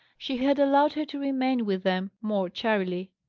she had allowed her to remain with them more charily.